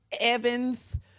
Evans